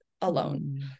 alone